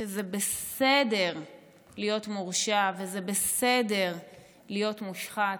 שזה בסדר להיות מורשע וזה בסדר להיות מושחת.